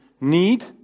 need